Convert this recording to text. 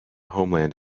homeland